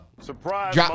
Surprise